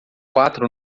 quatro